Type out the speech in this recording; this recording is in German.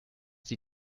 sie